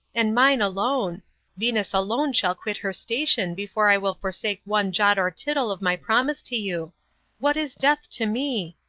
and mine alone venus alone shall quit her station before i will forsake one jot or tittle of my promise to you what is death to me?